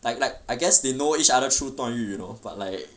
like like I guess they know each other through 段誉 you know but like